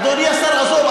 עזוב,